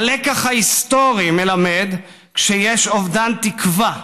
הלקח ההיסטורי מלמד: כשיש אובדן תקווה,